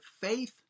faith